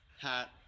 hat